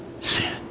sin